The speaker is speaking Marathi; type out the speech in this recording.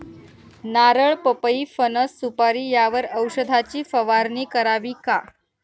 नारळ, पपई, फणस, सुपारी यावर औषधाची फवारणी करावी का?